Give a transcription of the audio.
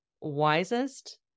wisest